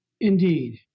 Indeed